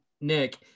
Nick